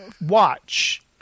Watch